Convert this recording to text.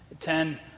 Ten